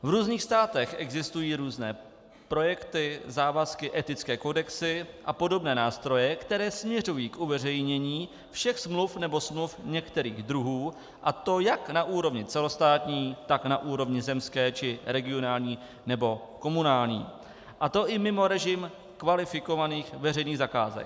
V různých státech existují různé projekty, závazky, etické kodexy a podobné nástroje, které směřují k uveřejnění všech smluv nebo smluv některých druhů, a to jak na úrovni celostátní, tak na úrovni zemské či regionální nebo komunální, a to i mimo režim kvalifikovaných veřejných zakázek.